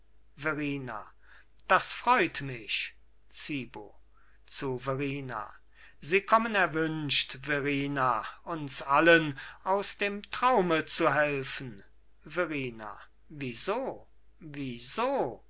verrina das freut mich zibo zu verrina sie kommen erwünscht verrina uns allen aus dem traume zu helfen verrina wieso wieso